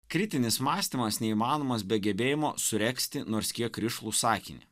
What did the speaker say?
kritinis mąstymas neįmanomas be gebėjimo suregzti nors kiek rišlų sakinį